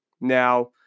Now